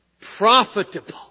Profitable